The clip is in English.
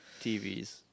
TVs